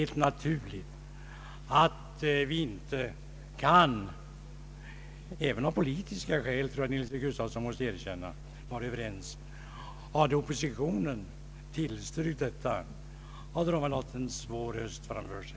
Men det är naturligt att vi av politiska skäl inte kan vara helt överens, det tror jag att herr Nils-Eric Gustafsson måste erkänna. Hade oppositionen tillstyrkt regeringsförslaget, hade den väl haft en svår höst framför sig.